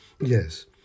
Yes